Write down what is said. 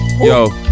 Yo